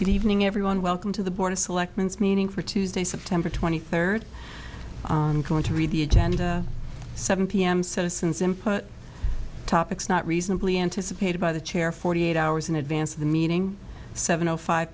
good evening everyone welcome to the board of selectmen its meaning for tuesday september twenty third on going to read the agenda seven p m citizens input topics not reasonably anticipated by the chair forty eight hours in advance of the meeting seven o five